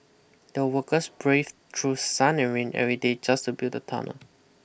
the workers braved through sun and rain every day just to build the tunnel